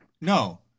No